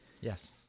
Yes